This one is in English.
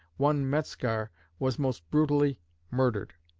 one metzgar was most brutally murdered.